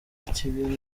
kibi